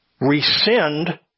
rescind